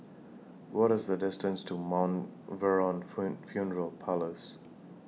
What IS The distance to Mount Vernon Fen Funeral Parlours